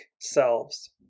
selves